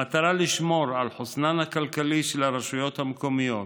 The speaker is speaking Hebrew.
במטרה לשמור על חוסנן הכלכלי של הרשויות המקומיות,